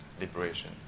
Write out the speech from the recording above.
liberation